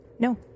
No